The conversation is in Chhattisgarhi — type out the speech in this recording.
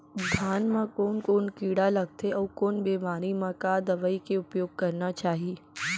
धान म कोन कोन कीड़ा लगथे अऊ कोन बेमारी म का दवई के उपयोग करना चाही?